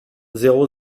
zéro